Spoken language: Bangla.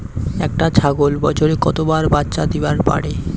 একটা ছাগল বছরে কতবার বাচ্চা দিবার পারে?